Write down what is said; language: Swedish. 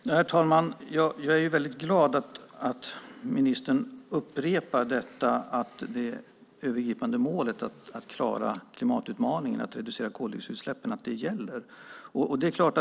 Herr talman! Jag är glad att ministern upprepar att det övergripande målet att klara klimatutmaningen och reducera koldioxidutsläppen gäller.